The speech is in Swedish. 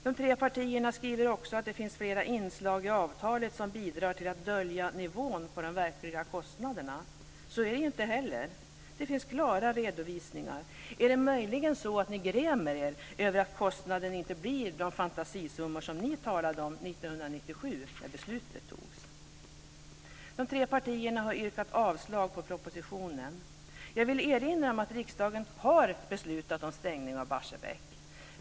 De tre partierna skriver också att det finns flera inslag i avtalet som bidrar till att dölja nivån på de verkliga kostnaderna. Så är det ju inte heller. Det finns klara redovisningar. Är det möjligen så att ni grämer er över att kostnaden inte blir de fantasisummor som ni talade om 1997 när beslutet togs? De tre partierna har yrkat avslag på propositionen. Jag vill erinra om att riksdagen har beslutat om stängning av Barsebäck.